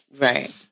right